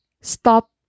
Stop